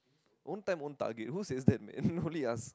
own time own target who says that man only us